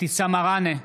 אבתיסאם מראענה,